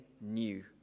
new